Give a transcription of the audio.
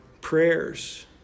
prayers